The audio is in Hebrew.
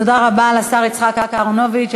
תודה רבה לשר יצחק אהרונוביץ.